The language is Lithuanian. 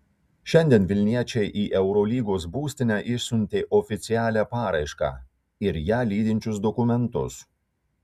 šiandien vilniečiai į eurolygos būstinę išsiuntė oficialią paraišką ir ją lydinčius dokumentus